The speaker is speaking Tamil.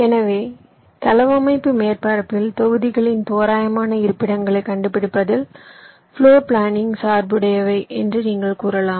எனவே தளவமைப்பு மேற்பரப்பில் தொகுதிகளின் தோராயமான இருப்பிடங்களைக் கண்டுபிடிப்பதில் பிளோர் பிளானிங் சார்புடையவை என்று நீங்கள் கூறலாம்